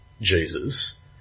Jesus